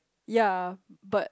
yea but